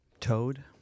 Toad